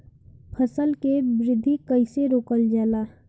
फसल के वृद्धि कइसे रोकल जाला?